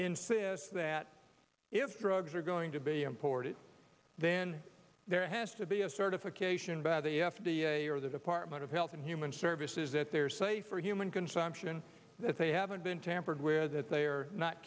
insists that if drugs are going to be imported then there has to be a certification by the f d a or the department of health and human services that they're safe for human consumption that they haven't been tampered where that they are not